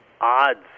odds